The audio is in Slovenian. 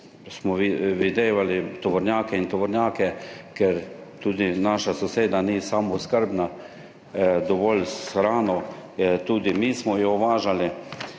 smo videvali tovornjake in tovornjake, ker tudi naša soseda ni samooskrbna dovolj s hrano, tudi mi smo jo uvažali.